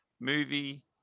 movie